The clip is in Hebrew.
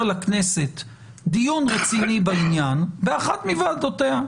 לכנסת דיון רציני בעניין באחת מוועדותיה,